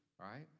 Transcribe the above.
right